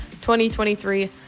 2023